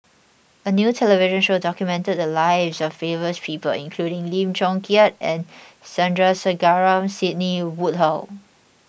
a new television show documented the lives of favors people including Lim Chong Keat and Sandrasegaran Sidney Woodhull